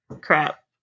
Crap